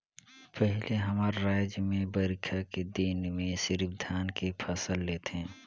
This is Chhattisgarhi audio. पहिले हमर रायज में बईरखा के दिन में सिरिफ धान के फसल लेथे